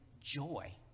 joy